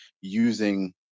using